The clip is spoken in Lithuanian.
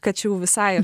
kad čia jau visai